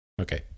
Okay